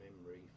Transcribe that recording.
memory